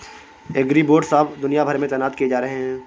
agribots अब दुनिया भर में तैनात किए जा रहे हैं